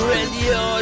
Radio